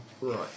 Right